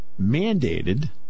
mandated